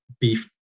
beef